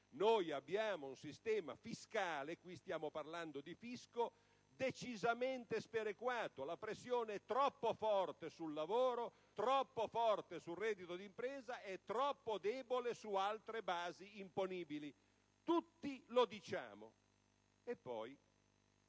Noi abbiamo un sistema fiscale (qui stiamo parlando di fisco) decisamente sperequato: la pressione è troppo forte sul lavoro, troppo forte sul reddito d'impresa e troppo debole su altre basi imponibili. Tutti lo diciamo. E poi,